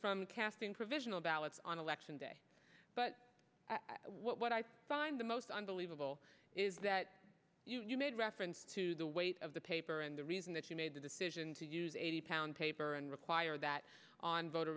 from casting provisional ballots on election day but what i find the most unbelievable is that you made reference to the weight of the paper and the reason that you made the decision to use eighty pound paper and require that on voter